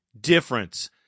difference